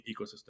ecosystem